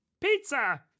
Pizza